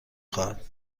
خواهد